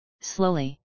slowly